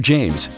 James